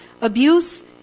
Abuse